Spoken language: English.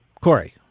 Corey